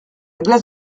glace